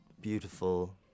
beautiful